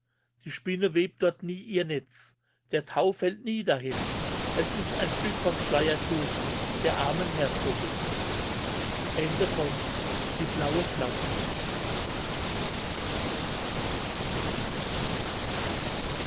die spinne webt dort nie ihr netz der tau fällt nie dahin es ist ein stück vom schleiertuch der armen herzogin